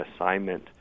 assignment